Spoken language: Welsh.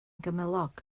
gymylog